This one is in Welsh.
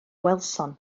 welsom